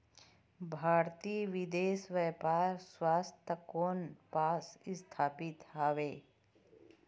भारतीय विदेश व्यापार संस्था कोन पास स्थापित हवएं?